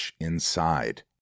Inside